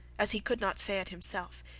as he could not say it himself,